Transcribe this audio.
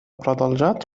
продолжать